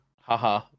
Haha